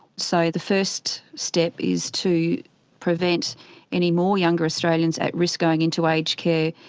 so the first step is to prevent any more younger australians at risk going into aged care,